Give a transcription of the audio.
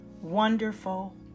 wonderful